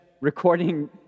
recording